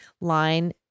line